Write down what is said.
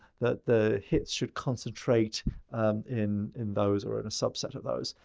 the the hits should concentrate in in those or in a subset of those.